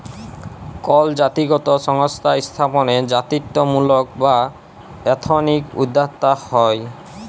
call জাতিগত সংস্থা স্থাপনে জাতিত্বমূলক বা এথনিক উদ্যক্তা হ্যয়